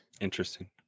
interesting